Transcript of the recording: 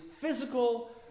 physical